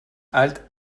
halte